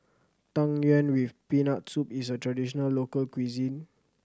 Tang Yuen with Peanut Soup is a traditional local cuisine